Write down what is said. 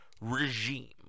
regime